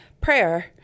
prayer